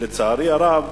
לצערי הרב,